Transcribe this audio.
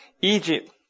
Egypt